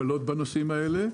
אבל יש היום הקלות בנושאים האלה.